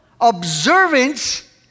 observance